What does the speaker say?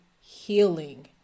healing